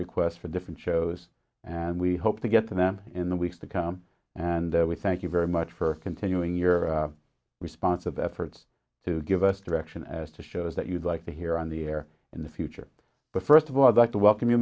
requests for different shows and we hope to get them in the weeks to come and we thank you very much for continuing your response of efforts to give us direction as to shows that you'd like to hear on the air in the future but first of all back to welcome you